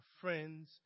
friends